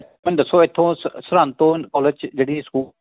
ਮੈਨੂੰ ਦੱਸੋ ਇੱਥੋਂ ਸ ਸਰਹਿੰਦ ਤੋਂ ਕੋਲਜ 'ਚ ਜਿਹੜੀ ਸਕੂ